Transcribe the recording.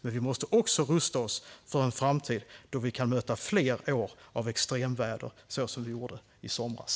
Men vi måste också rusta oss för en framtid då vi kan möta fler år av extremväder så som vi gjorde i somras.